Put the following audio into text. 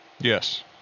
Yes